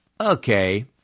okay